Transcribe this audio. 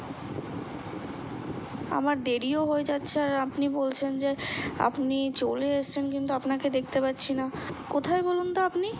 আমার দেরিও হয়ে যাচ্ছে আর আপনি বলছেন যে আপনি চলে এসছেন কিন্তু আপনাকে দেখতে পাচ্ছি না কোথায় বলুন তো আপনি